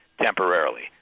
temporarily